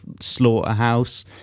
slaughterhouse